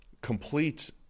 complete